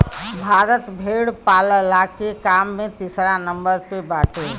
भारत भेड़ पालला के काम में तीसरा नंबर पे बाटे